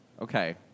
Okay